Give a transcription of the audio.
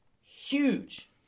huge